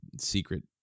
secret